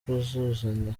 kuzuzanya